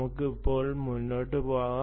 നമുക്ക് ഇപ്പോൾ മുന്നോട്ട് പോകാം